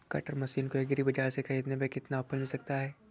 Cutter machine को agri बाजार से ख़रीदने पर कितना ऑफर मिल सकता है?